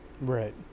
right